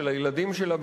של הילדים שלה,